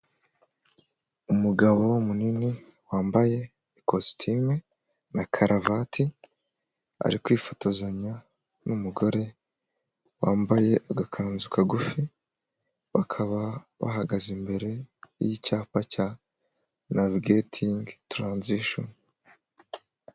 Umugabo munini, wambaye ikositime na karavati, ari kwifotozanya n'umugore wambaye agakanzu kagufi, bakaba bahagaze imbere y'icyapa cya navigetingi taranzisheni.